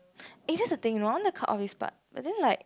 eh that's the thing you know I want to cut off this part but then like